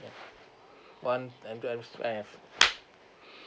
one M_S_F